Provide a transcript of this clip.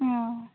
ᱦᱚᱸ